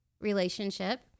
relationship